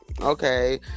okay